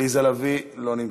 עליזה לביא, לא נמצאת,